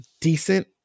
decent